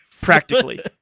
Practically